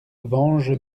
venge